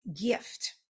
gift